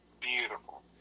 beautiful